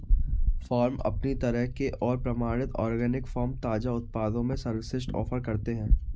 farm अपनी तरह के और प्रमाणित ऑर्गेनिक फ़ार्म ताज़ा उत्पादों में सर्वश्रेष्ठ ऑफ़र करते है